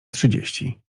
trzydzieści